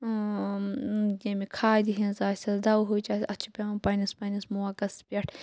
ییٚمہِ کھادِ ہِنز آسٮ۪س دَوہٕچ آسٮ۪س اَتھ چھِ پیوان پَننِس پَننِس موقعس پٮ۪ٹھ